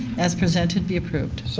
as presented, be approved.